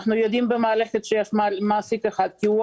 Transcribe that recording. אנחנו יודעים במערכת שיש מעסיק אחד כי הוא